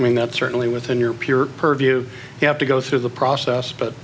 i mean that's certainly within your peer purview you have to go through the process but